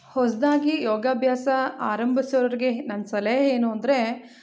ಹೊಸದಾಗಿ ಯೋಗಾಭ್ಯಾಸ ಆರಂಬಿಸೋರಿಗೆ ನನ್ನ ಸಲಹೆ ಏನು ಅಂದರೆ